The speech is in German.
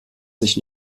sich